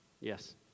Yes